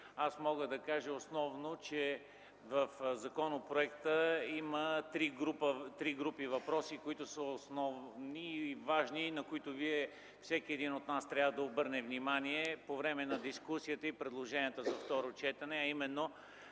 Аз мога да кажа основно, че в законопроекта има три групи въпроси, които са основни и важни, на които всеки един от нас трябва да обърне внимание по време на дискусията и предложенията за второ четене. Първото